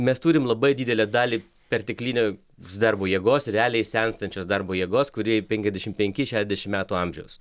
mes turim labai didelę dalį perteklinio darbo jėgos ir realiai senstančios darbo jėgos kuri penkiasdešim penki šešiasdešim metų amžiaus